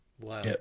Wow